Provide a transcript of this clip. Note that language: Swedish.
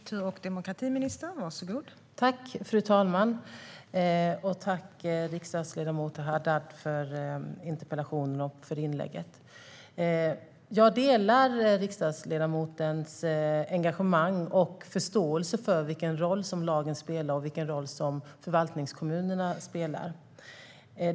Fru talman! Jag tackar riksdagsledamot Haddad för interpellationen och inlägget. Jag delar riksdagsledamotens engagemang och förståelse för vilken roll lagen och förvaltningskommunerna spelar.